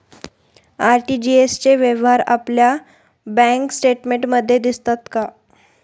RTGS चे व्यवहार आपल्या बँक स्टेटमेंटमध्ये दिसतात का?